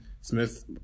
Smith